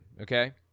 okay